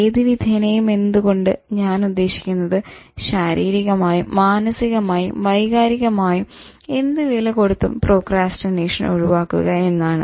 ഏതു വിധേനയും എന്നത് കൊണ്ട് ഞാൻ ഉദ്ദേശിക്കുന്നത് ശാരീരികമായും മാനസികമായും വൈകാരികമായും എന്ത് വില കൊടുത്തും പ്രോക്രാസ്റ്റിനേഷൻ ഒഴിവാക്കുക എന്നാണ്